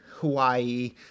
Hawaii